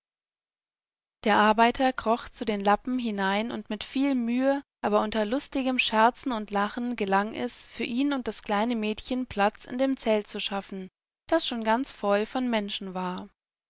der arbeiter kroch zu den lappen hinein und mit viel mühe aber unter lustigem scherzen und lachen gelang es für ihn und das kleine mädchen platz in dem zelt zu schaffen das schon ganz voll von menschen war